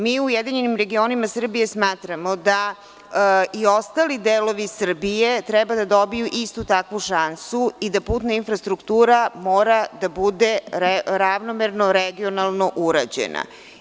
Mi u URS smatramo da i ostali delovi Srbije treba da dobiju istu takvu šansu i da putna infrastruktura mora da bude ravnomerno regionalno urađena.